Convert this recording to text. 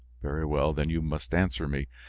very well, then you must answer me.